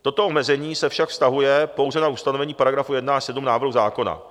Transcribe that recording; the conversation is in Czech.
Toto omezení se však vztahuje pouze na ustanovení § 1 až 7 návrhu zákona.